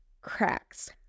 cracks